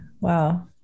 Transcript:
wow